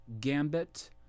Gambit